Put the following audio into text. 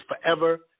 forever